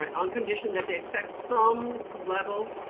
but on condition that they accept some level,